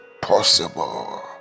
possible